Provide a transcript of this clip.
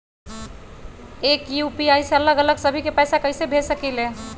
एक यू.पी.आई से अलग अलग सभी के पैसा कईसे भेज सकीले?